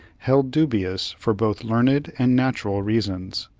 held dubious for both learned and natural reasons.